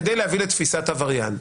כדי להביא לתפיסת עבריין.